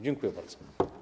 Dziękuję bardzo.